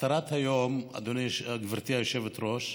מטרת היום, גברתי היושבת-ראש,